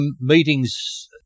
meetings